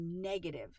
negative